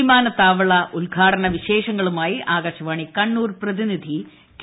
വിമാനത്താവള ഉദ്ഘാടന വിശേഷങ്ങളുമായി ആകാശവാണി കണ്ണൂർ പ്രതിനിധി കെ